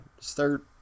Start